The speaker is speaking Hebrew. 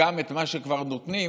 גם את מה שכבר נותנים,